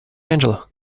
angela